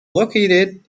located